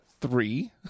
three